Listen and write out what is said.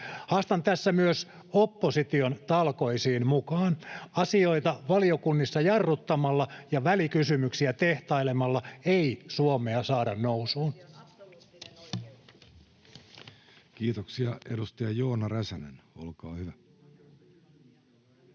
Haastan tässä myös opposition talkoisiin mukaan. Asioita valiokunnissa jarruttamalla ja välikysymyksiä tehtailemalla ei Suomea saada nousuun. [Pia Viitanen: Välikysymys